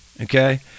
okay